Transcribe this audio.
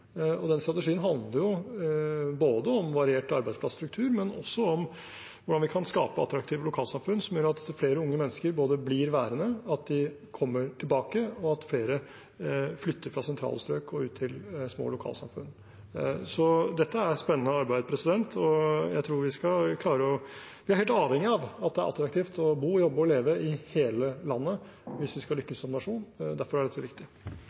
og tettsteder. Den strategien handler om variert arbeidsplasstruktur, men også om hvordan vi kan skape attraktive lokalsamfunn som gjør at flere unge mennesker blir værende, at de kommer tilbake, og at flere flytter fra sentrale strøk og ut til små lokalsamfunn. Dette er et spennende arbeid. Vi er helt avhengig av at det er attraktivt å bo, jobbe og leve i hele landet hvis vi skal lykkes som nasjon. Derfor er dette viktig.